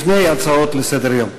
לפני ההצעות לסדר-היום.